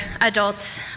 adults